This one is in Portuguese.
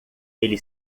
ele